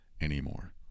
anymore